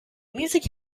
music